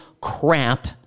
crap